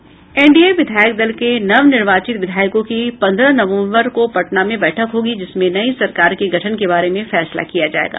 NDA विधायक दल के नवनिर्वाचित विधायकों की पन्द्रह नवम्बर को पटना में बैठक होगी जिसमें नई सरकार के गठन के बारे में फैसला किया जाएगा